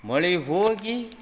ಮಳೆ ಹೋಗಿ